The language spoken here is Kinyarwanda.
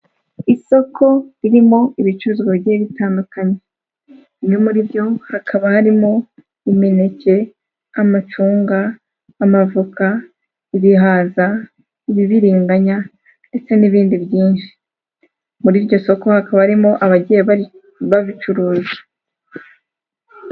Isoko ririmo ibicuruzwa bigiye bitandukanye muri byo hakaba harimo imineke, amacunga, amavoka, ibihaza, ibibiringanya ndetse n'ibindi byinshi, muri iryo soko hakaba harimo abagiye babicuruza.